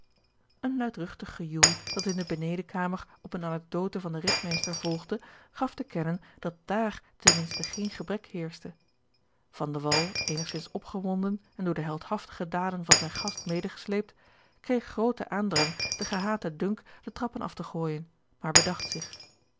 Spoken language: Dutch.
een luidruchtig gejoel dat in de benedenkamer op eene anecdote van den ridmeester volgde gaf te kennen dat dààr ten minste geen gebrek heerschte van de wall eenigzins opgewonden en door de heldhaftige daden van zijn gast medegesleept kreeg grooten aandrang den gehaten dunk de trappen af te gooijen maar bedacht zich